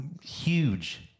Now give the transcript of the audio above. huge